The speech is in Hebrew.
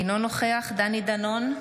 אינו נוכח דני דנון,